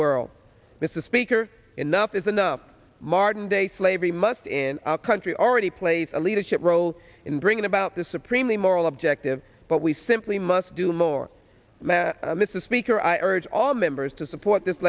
world this is speaker enough is enough martin day slavery must in our country already plays a leadership role in bringing about the supreme the moral objective but we simply must do more mr speaker i urge all members to support this